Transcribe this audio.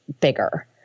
bigger